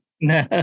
No